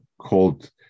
called